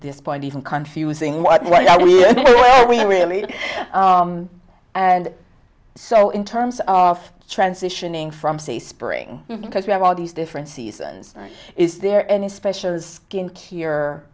point even confusing what we really need and so in terms of transitioning from say spring because we have all these different seasons is there any special skin cure